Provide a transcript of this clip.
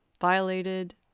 violated